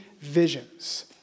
visions